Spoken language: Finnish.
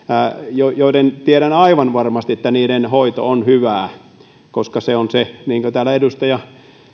joista tiedän aivan varmasti että niiden hoito on hyvää koska niin kuin täällä edustaja